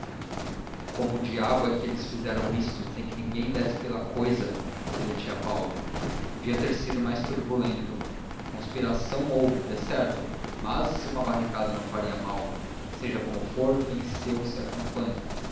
como diabo é que eles fizeram isto sem que ninguém desse pela cousa refletia paulo podia ter sido mais turbulento conspiração houve decerto mas uma barricada não faria mal seja como for venceu se a campanha